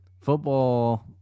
Football